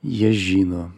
jie žino